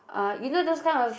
uh you know those kind of